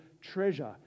treasure